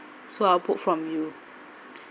so I'll book from you